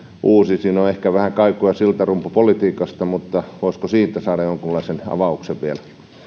uusi siinä on ehkä vähän kaikua siltarumpupolitiikasta mutta voisiko siitä saada jonkunlaisen avauksen vielä